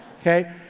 Okay